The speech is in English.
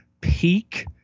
Peak